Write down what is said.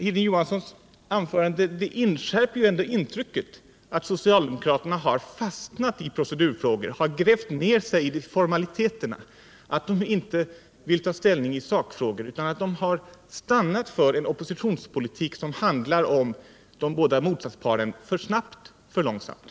Hilding Johanssons anförande förstärker intrycket att socialdemokraterna fastnat i procedurfrågor, grävt ner sig i formaliteter, att de inte vill ta ställning i sakfrågor utan att de har stannat för en oppositionspolitik som handlar om motsatsparet för snabbt-för långsamt.